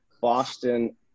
Boston